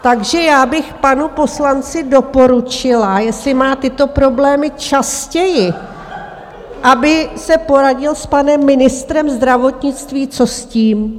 Takže já bych panu poslanci doporučila, jestli má tyto problémy častěji, aby se poradil s panem ministrem zdravotnictví, co s tím.